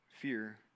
Fear